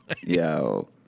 Yo